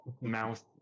Mouse